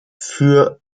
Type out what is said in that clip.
für